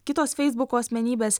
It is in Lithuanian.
kitos feisbuko asmenybės